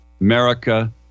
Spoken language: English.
America